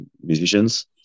musicians